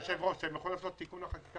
הרב גפני,